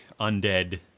undead